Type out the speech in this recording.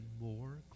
more